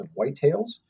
whitetails